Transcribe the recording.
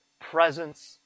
presence